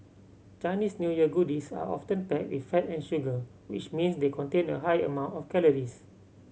Chinese New Year goodies are often packed with fat and sugar which means they contain a high amount of calories